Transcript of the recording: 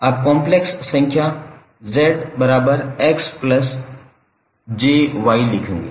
आप कॉम्प्लेक्स संख्या 𝑧𝑥𝑗𝑦 लिखेंगे